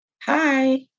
hi